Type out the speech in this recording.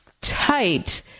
tight